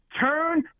turn